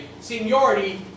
seniority